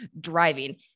driving